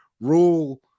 Rule